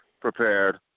prepared